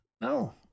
No